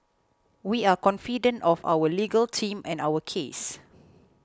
we are confident of our legal team and our case